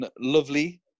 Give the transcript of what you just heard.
lovely